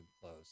close